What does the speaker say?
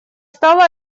стало